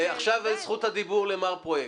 עכשיו זכות הדיבור למר פרויקט,